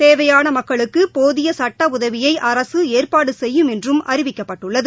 தேவையான மக்களுக்கு போதிய சட்ட உதவியை அரசு ஏற்பாடு செய்யும் என்றும் அறிவிக்கப்பட்டுள்ளது